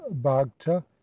bhagta